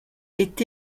est